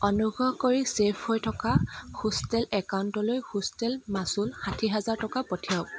অনুগ্ৰহ কৰি চে'ভ হৈ থকা হোষ্টেল একাউণ্টটোলৈ হোষ্টেল মাচুল ষাঠি হাজাৰ টকা পঠিয়াওক